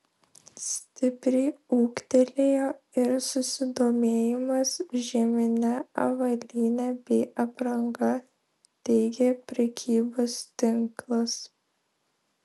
stipriai ūgtelėjo ir susidomėjimas žiemine avalyne bei apranga teigia prekybos tinklas